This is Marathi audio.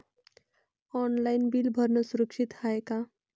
ऑनलाईन बिल भरनं सुरक्षित हाय का?